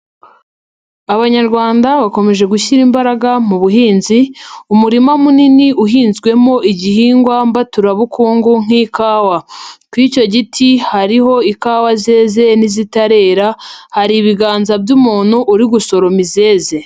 Abanyarwanda bakomeje gushyira imbaraga mu buhinzi, umurima munini uhinzwemo igihingwa mbaturabukungu nk'ikawa. Ku icyo giti hariho ikawa zeze n'izitarera hari ibiganza by'umuntu uri gusoroma izeze.